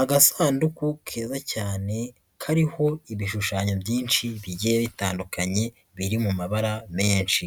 Agasanduku keza cyane, kariho ibishushanyo byinshi bigiye bitandukanye, biri mu mabara menshi.